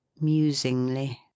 musingly